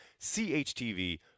CHTV